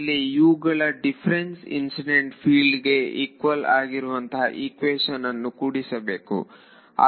ಆಮೇಲೆ U ಗಳ difference incident ಫೀಲ್ಡಿಗೆ ಈಕ್ವಲ್ ಆಗಿರುವಂತಹ ಈಕ್ವೇಶನ್ ಗಳನ್ನು ಕೂಡಿಸಬೇಕು